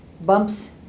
bumps